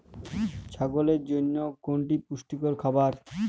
ছাগলের জন্য কোনটি পুষ্টিকর খাবার?